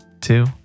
two